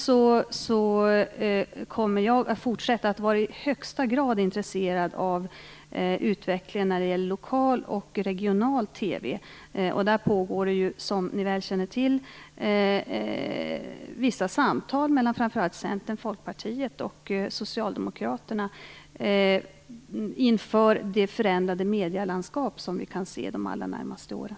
Vidare kommer jag att fortsätta att vara i högsta grad intresserad av utvecklingen av lokal och regional TV. Det pågår, som ni mycket väl känner till, vissa samtal mellan framför allt Centern, Folkpartiet och Socialdemokraterna inför det förändrade medielandskap som vi kan vänta oss de allra närmaste åren.